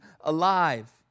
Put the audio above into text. alive